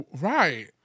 Right